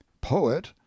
poet